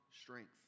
strength